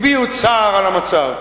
הביעו צער על המצב.